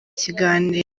ikiganiro